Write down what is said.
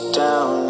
down